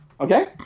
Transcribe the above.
Okay